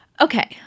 Okay